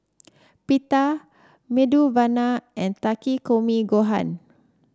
Pita Medu Vada and Takikomi Gohan